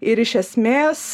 ir iš esmės